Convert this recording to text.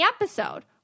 episode